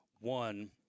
One